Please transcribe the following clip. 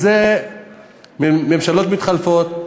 ממשלות מתחלפות,